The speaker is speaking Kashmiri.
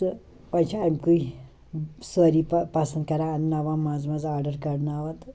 تہٕ وٕ چھِ أمۍ کُے سٲری پسنٛد کران اَنٛناوان ماز واز آرڈَر کَڑناوان تہٕ